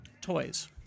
Toys